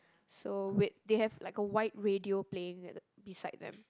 so wait they have like a white radio plane at the beside them